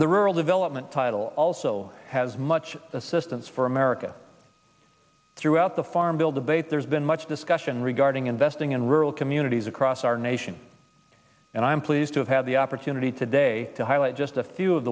the rural development title also has much assistance for america throughout the farm bill debate there's been much discussion regarding investing in rural communities across our nation and i'm pleased to have had the opportunity today to highlight just a few of